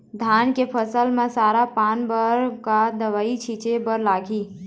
धान के फसल म सरा पान बर का दवई छीचे बर लागिही?